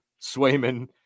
Swayman